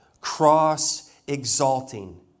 cross-exalting